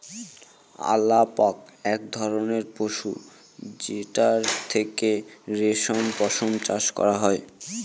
আলাপক এক ধরনের পশু যেটার থেকে রেশম পশম চাষ করা হয়